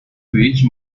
which